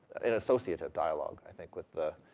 an associative dialogue, i think, with the,